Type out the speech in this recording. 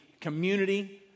community